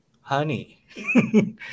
Honey